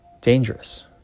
dangerous